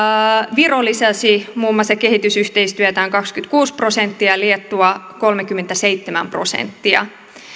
viro lisäsi kehitysyhteistyötään kaksikymmentäkuusi prosenttia ja liettua kolmekymmentäseitsemän prosenttia